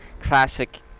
classic